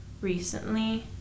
recently